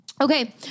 Okay